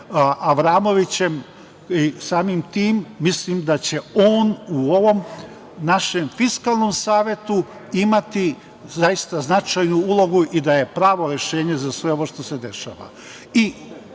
Avramovićem i samim tim će on u ovom našem Fiskalnom savetu imati zaista značajnu ulogu i da je pravo rešenje za sve ovo što se dešava. Dame